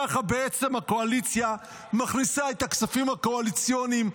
ככה בעצם הקואליציה מכניסה את הכספים הקואליציוניים,